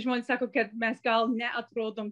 žmonės sako kad mes gal neatrodom